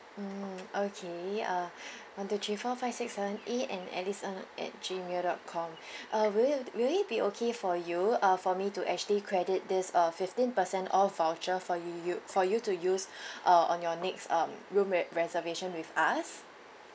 mm okay uh one two three four five six seven eight and alice ng at gmail dot com uh will you will it be okay for you uh for me to actually credit this uh fifteen percent off voucher for y~ you for you to use uh on your next um room re~ reservation with us